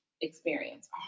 experience